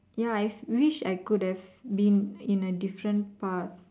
ya I wish I could have been in a different path